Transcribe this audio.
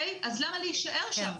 אז למה להישאר שם?